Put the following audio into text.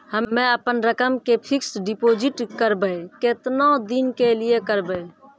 हम्मे अपन रकम के फिक्स्ड डिपोजिट करबऽ केतना दिन के लिए करबऽ?